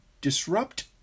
disrupt